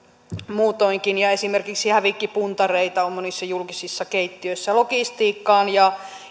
muutoinkin ja esimerkiksi hävikkipuntareita on monissa julkisissa keittiöissä logistiikkaan ja